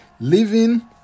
Living